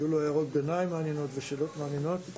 היו לו הערות ביניים מעניינות ושאלות מעניינות.